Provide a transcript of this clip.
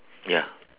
ya